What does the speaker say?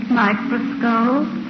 microscope